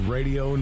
Radio